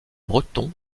bretons